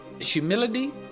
humility